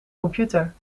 computer